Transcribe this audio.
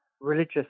religious